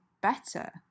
better